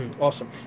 Awesome